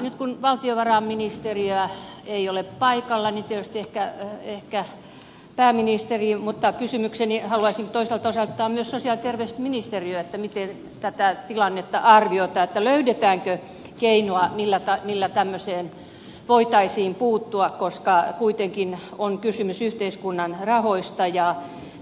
nyt kun valtiovarainministeri ei ole paikalla niin tietysti ehkä pääministeri voisi vastata mutta kysymykseni haluaisin toisaalta osoittaa myös sosiaali ja terveysministeriöön miten tätä tilannetta arvioitte löydetäänkö keinoa millä tämmöiseen voitaisiin puuttua koska kuitenkin on kysymys yhteiskunnan rahoista